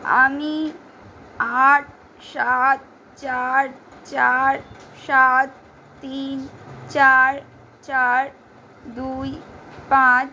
আমি আট সাত চার চার সাত তিন চার চার দুই পাঁচ